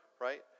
right